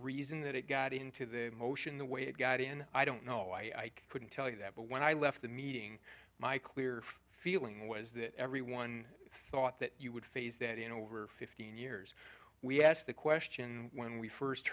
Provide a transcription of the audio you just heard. reason that it got into the motion the way it got in i don't know i couldn't tell you that but when i left the meeting my clear feeling was that everyone thought that you would phase that in over fifteen years we asked the question when we first